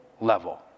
level